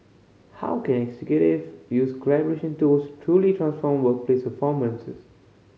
how can executives use collaboration tools truly transform workplace performance